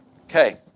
Okay